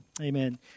Amen